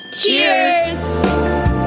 Cheers